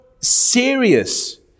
serious